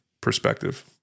perspective